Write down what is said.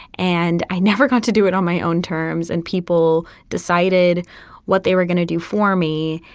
and i never got to do it on my own terms. and people decided what they were going to do for me.